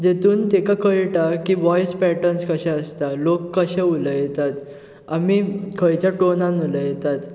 जेतून तेका कळटा की वॉयस पॅटर्न्स कशें आसता लोक कशें उलयतात आमी खंयच्या टोनान उलयतात